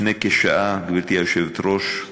לפני כשעה, גברתי היושבת-ראש,